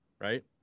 right